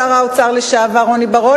שר האוצר לשעבר רוני בר-און,